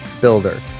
Builder